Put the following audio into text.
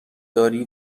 داری